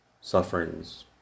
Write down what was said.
sufferings